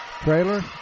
Trailer